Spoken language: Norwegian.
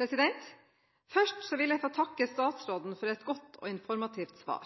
miljø. Først vil jeg få takke statsråden for et godt og informativt svar.